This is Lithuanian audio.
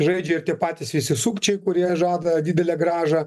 žaidžia ir tie patys visi sukčiai kurie žada didelę grąžą